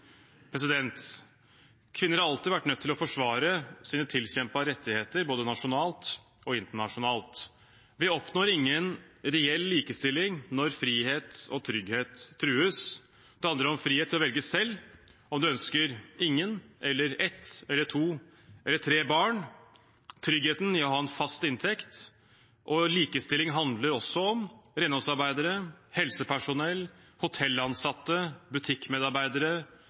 Kvinner har alltid vært nødt til å forsvare sine tilkjempede rettigheter både nasjonalt og internasjonalt. Vi oppnår ingen reell likestilling når frihet og trygghet trues. Det handler om frihet til å velge selv om man ønsker ingen, ett, to eller tre barn og om tryggheten i å ha en fast inntekt. Likestilling handler også om renholdsarbeidere, helsepersonell, hotellansatte, butikkmedarbeidere,